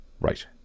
Right